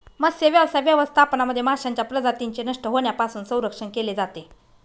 मत्स्यव्यवसाय व्यवस्थापनामध्ये माशांच्या प्रजातींचे नष्ट होण्यापासून संरक्षण केले जाते